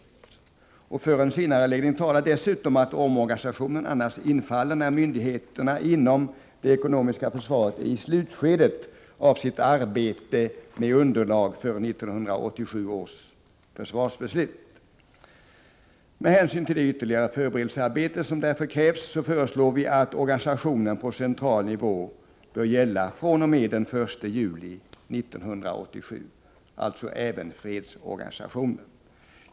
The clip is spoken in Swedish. Med hänsyn till det ytterligare föreberedelsearbete som därvid krävs föreslår vi att organisationen på central nivå — alltså även fredsorganisationen — skall gälla fr.o.m. den 1 juli 1987. För en senareläggning talar dessutom att omorganisationen annars infaller när myndigheterna inom det ekonomiska försvaret befinner sig i slutskedet av sitt arbete med underlag för 1987 års försvarsbeslut.